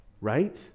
Right